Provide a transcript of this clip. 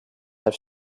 have